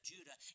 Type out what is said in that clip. Judah